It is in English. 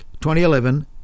2011